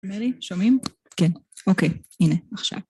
מרי? שומעים? -כן, אוקיי. הנה, עכשיו